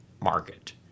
market